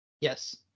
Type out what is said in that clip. Yes